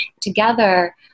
together